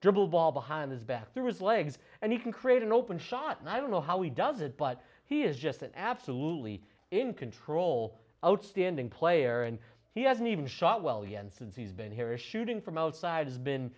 dribble ball behind his back through his legs and he can create an open shot and i don't know how he does it but he is just an absolutely in control outstanding player and he has an even shot well again since he's been here a shooting from outside has been